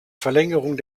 verlängerung